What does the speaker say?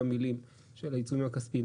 כל המוצרים שמגיעים בטמפרטורה מבוקרת פירות קפואים,